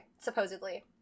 supposedly